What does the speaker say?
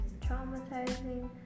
traumatizing